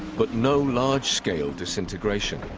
but no large-scale disintegration